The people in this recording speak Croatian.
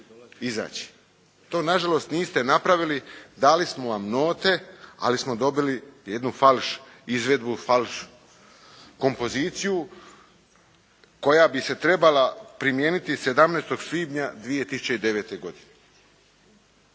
izaći. To na žalost niste napravili, dali smo vam note, ali smo dobili jednu falš izvedbu, falš kompoziciju koja bi se trebala primijeniti 17. svibnja 2009. godine.